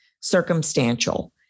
circumstantial